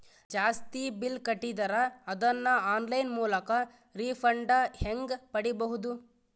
ಜಾಸ್ತಿ ಬಿಲ್ ಕಟ್ಟಿದರ ಅದನ್ನ ಆನ್ಲೈನ್ ಮೂಲಕ ರಿಫಂಡ ಹೆಂಗ್ ಪಡಿಬಹುದು?